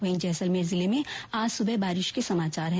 वहीं जैसलमेर जिले में आज सुबह बारिश के समाचार है